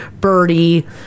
birdie